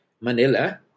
Manila